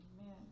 Amen